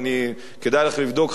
כדאי לך לבדוק,